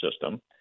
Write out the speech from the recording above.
system